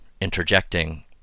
interjecting